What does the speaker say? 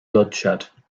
bloodshed